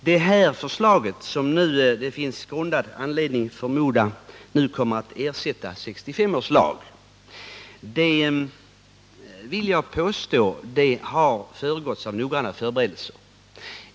Det förslag som det nu finns grundad anledning förmoda kommer att ersätta 1965 års lag har, vill jag påstå, föregåtts av noggranna förberedelser.